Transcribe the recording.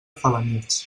felanitx